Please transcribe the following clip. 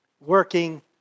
Working